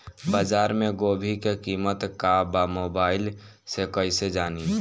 बाजार में गोभी के कीमत का बा मोबाइल से कइसे जानी?